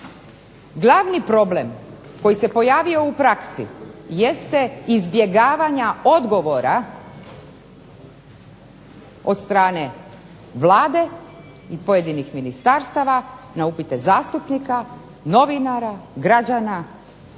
glavni problem koji se pojavio praksi jeste izbjegavanje odgovora od strane Vlade i pojedinih ministarstava na upite zastupnika, novinara, građana